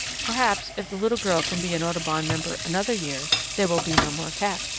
perhaps, if the little girl can be an audubon member another year, there will be no more cat!